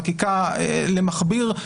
חקיקה למכביר,